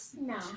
No